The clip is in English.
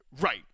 Right